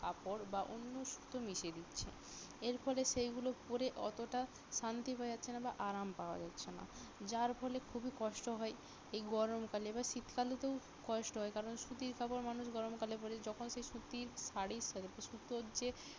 কাপড় বা অন্য সুতো মিশিয়ে দিচ্ছে এর ফলে সেইগুলো পরে অতোটা শান্তি পাওয়া যাচ্ছে না বা আরাম পাওয়া যাচ্ছে না যার ফলে খুবই কষ্ট হয় এই গরমকালে বা শীতকালেতেও কষ্ট হয় কারণ সুতির কাপড় মানুষ গরম কালে পরে যখন সেই সুতির শাড়ির সাথে সুতোর যে